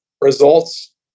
results